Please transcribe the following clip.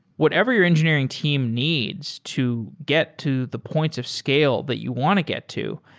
whatever your engineering team needs to get to the points of scale that you want to get to,